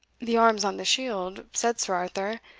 the arms on the shield, said sir arthur,